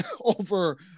over